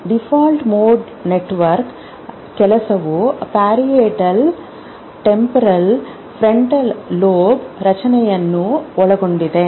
default mode network ಕೆಲಸವು parietal temporal frontal ಲೋಬ್ನ ರಚನೆಯನ್ನು ಒಳಗೊಂಡಿದೆ